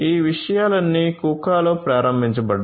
ఈ విషయాలన్నీ కుకాలో ప్రారంభించబడ్డాయి